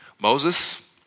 Moses